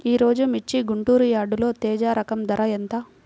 ఈరోజు మిర్చి గుంటూరు యార్డులో తేజ రకం ధర ఎంత?